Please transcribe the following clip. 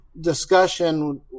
discussion